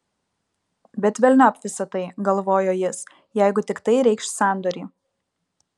bet velniop visa tai galvojo jis jeigu tik tai reikš sandorį